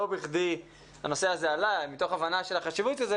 לא בכדי הנושא הזה עלה, מתוך הבנה של החשיבות שלו.